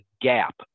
gap